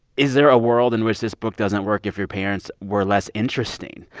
is there a world in which this book doesn't work if your parents were less interesting?